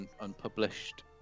unpublished